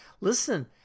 Listen